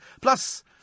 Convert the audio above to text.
Plus